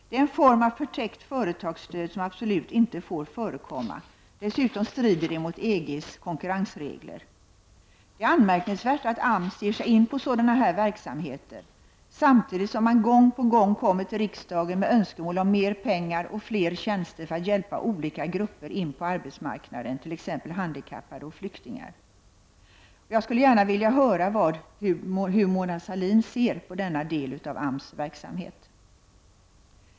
Det är en form av förtäckt företagsstöd som absolut inte får förekomma. Dessutom strider det mot EGs konkurrensregler. Det är anmärkningsvärt att AMS ger sig in på sådana verksamheter, samtidigt som man gång på gång kommer till riksdagen med önskemål om mer pengar och fler tjänster för att hjälpa olika grupper in på arbetsmarknaden, t.ex. handikappade och flyktingar. Jag skulle gärna vilja höra hur Mona Sahlin ser på denna del av AMS verksamhet.